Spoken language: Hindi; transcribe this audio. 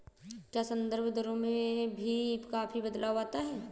क्या संदर्भ दरों में भी काफी बदलाव आता है?